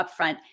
upfront